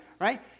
right